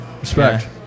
Respect